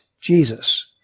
Jesus